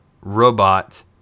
Robot